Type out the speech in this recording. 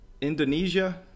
indonesia